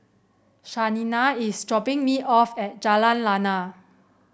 Shaina is dropping me off at Jalan Lana